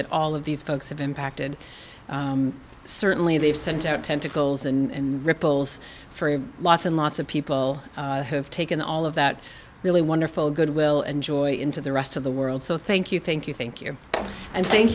that all of these folks have impacted certainly they've sent out tentacles and ripples for lots and lots of people have taken all of that really wonderful goodwill and joy into the rest of the world so thank you thank you thank you and thank